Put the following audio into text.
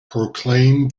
proclaim